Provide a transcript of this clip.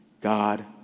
God